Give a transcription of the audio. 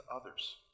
others